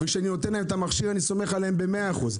ואני נותן להם את המכשיר אני סומך עליהם ב100%.